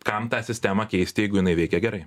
kam tą sistemą keist jeigu jinai veikia gerai